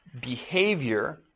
behavior